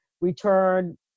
return